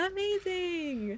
Amazing